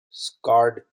scarred